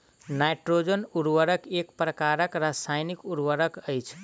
nitrogen उर्वरक एक प्रकारक रासायनिक उर्वरक अछि